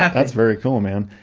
yeah that's very cool, man.